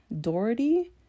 Doherty